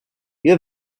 you